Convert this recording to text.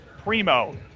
Primo